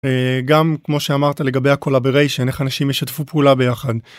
גם כמו שאמרת לגבי ה-colaboration איך אנשים ישתפו פעולה ביחד.